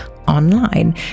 Online